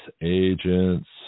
agents